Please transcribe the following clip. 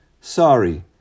Sorry